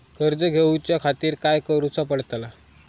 कर्ज घेऊच्या खातीर काय करुचा पडतला?